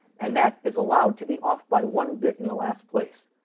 and that is allowed to be off by one bit in the last place.